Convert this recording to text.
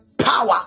power